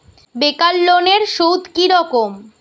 বেকার লোনের সুদ কি রকম?